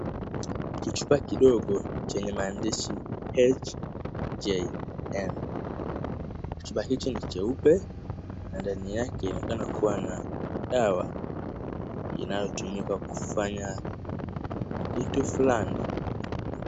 Kichupa kidogo chenye maandishi HJL, kipakiti ni cheupe na ndani yake inaonekana kuwa na dawa inayotumika kufanya kitu fulani.